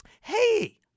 Hey